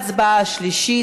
אנחנו עוברים להצבעה שנייה,